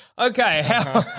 Okay